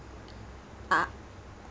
ah